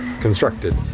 constructed